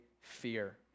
fear